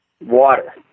Water